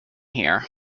here